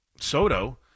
Soto